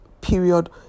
period